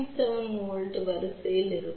7வோல்ட்வரிசையில் இருக்கும்